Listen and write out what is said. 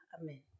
Amen